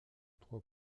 trois